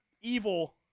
evil